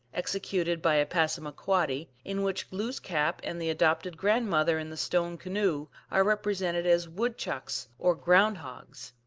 executed by a passamaquoddy, in which glooskap and the adopted grandmother in the stone canoe are represented as wood-chucks, or ground-hogs.